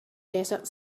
desert